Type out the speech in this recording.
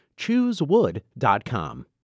Choosewood.com